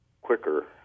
quicker